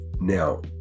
Now